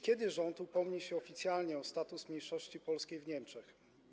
Kiedy rząd upomni się oficjalnie o status mniejszości polskiej w Niemczech?